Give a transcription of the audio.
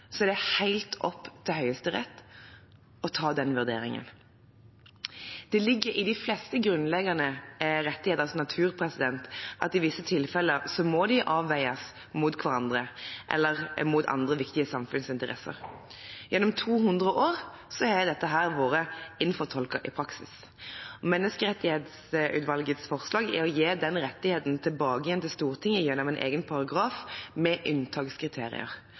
er det helt og holdent opp til Høyesterett å ta den vurderingen. Det ligger i de fleste grunnleggende rettigheters natur at de i visse tilfeller må avveies mot hverandre eller mot andre viktige samfunnsinteresser. Gjennom 200 år har dette vært innfortolket i praksis. Menneskerettighetsutvalgets forslag er å gi den rettigheten tilbake til Stortinget gjennom en egen paragraf, med unntakskriterier.